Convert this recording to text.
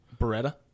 Beretta